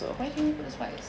why didn't you put the spice